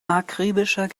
akribischer